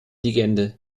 legende